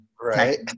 Right